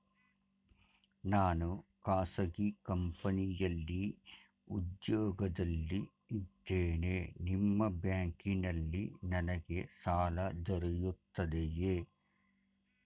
ನಾನು ಖಾಸಗಿ ಕಂಪನಿಯಲ್ಲಿ ಉದ್ಯೋಗದಲ್ಲಿ ಇದ್ದೇನೆ ನಿಮ್ಮ ಬ್ಯಾಂಕಿನಲ್ಲಿ ನನಗೆ ಸಾಲ ದೊರೆಯುತ್ತದೆಯೇ?